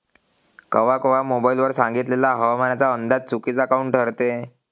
कवा कवा मोबाईल वर सांगितलेला हवामानाचा अंदाज चुकीचा काऊन ठरते?